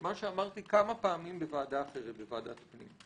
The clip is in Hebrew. מה שאמרתי כמה פעמים בוועדה אחרת, בוועדת הפנים: